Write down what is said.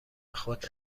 خود